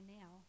now